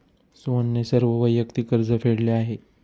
सोहनने सर्व वैयक्तिक कर्ज फेडले आहे